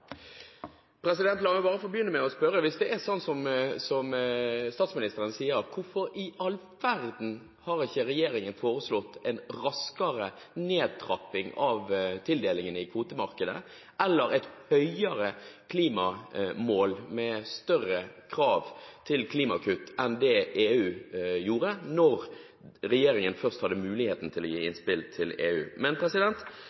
sånn som statsministeren sier, hvorfor i all verden har ikke regjeringen foreslått en raskere nedtrapping av tildelingen i kvotemarkedet, eller et høyere klimamål med større krav til klimakutt enn EUs, når regjeringen først hadde muligheten til å gi